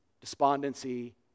despondency